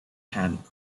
had